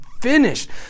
finished